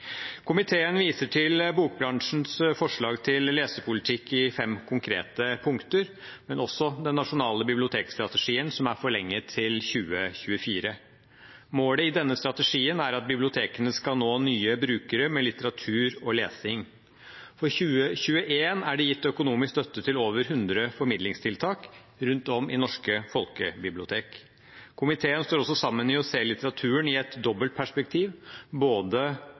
Komiteen viser til bokbransjens forslag til lesepolitikk i fem konkrete punkter, men også den nasjonale bibliotekstrategien som er forlenget til 2024. Målet i denne strategien er at bibliotekene skal nå nye brukere med litteratur og lesing. For 2021 er det gitt økonomisk støtte til over hundre formidlingstiltak rundt om i norske folkebibliotek. Komiteen står også sammen i å se litteraturen i et dobbelt perspektiv – både